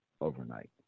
overnight